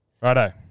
Righto